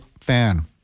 fan